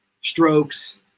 strokes